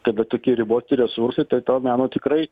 kada tokie riboti resursai tai to meno tikrai